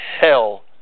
hell